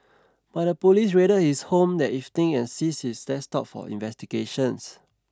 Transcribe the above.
but the police raided his home that evening and seized his desktop for investigations